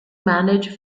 managed